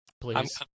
Please